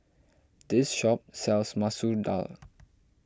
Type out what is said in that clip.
this shop sells Masoor Dal